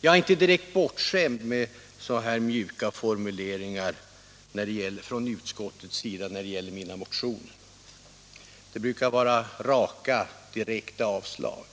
Jag är inte direkt bortskämd med så mjuka formuleringar från ett utskotts sida när det gäller mina motioner. Det brukar vara raka, direkta avstyrkanden.